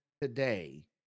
today